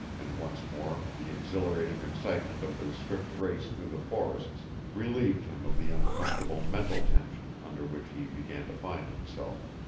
and once more the exhilarating excitement of their swift race through the forests relieved him of the uncomfortable mental tension under which he began to find himself.